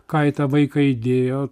ką į tą vaiką įdėjo